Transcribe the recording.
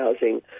housing